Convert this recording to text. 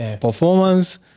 Performance